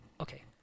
okay